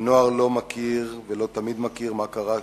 הנוער לא מכיר ולא תמיד מכיר מה קרה כאן,